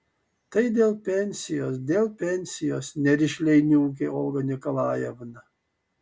tai dėl pensijos dėl pensijos nerišliai niūkė olga nikolajevna